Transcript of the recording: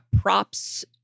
props